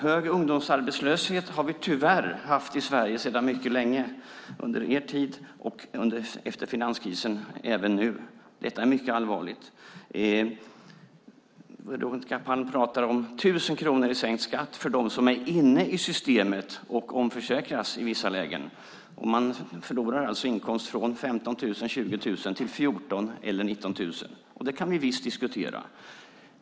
Hög ungdomsarbetslöshet har vi tyvärr haft i Sverige sedan mycket länge, Veronica Palm. Det hade vi under er tid, och det har vi efter finanskrisen även nu. Det är mycket allvarligt. Veronica Palm talar om 1 000 kronor i sänkt skatt för dem som är inne i systemet och omförsäkras i vissa lägen. Inkomsten går alltså ned från 15 000 till 14 000 eller från 20 000 till 19 000, och det kan vi visst diskutera.